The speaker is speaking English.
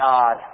God